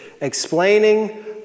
explaining